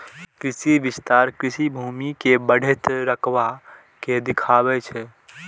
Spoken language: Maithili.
कृषि विस्तार कृषि भूमि के बढ़ैत रकबा के देखाबै छै